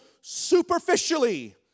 superficially